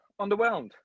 underwhelmed